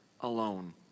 alone